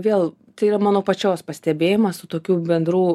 vėl tai yra mano pačios pastebėjimas su tokių bendrų